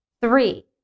Three